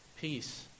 peace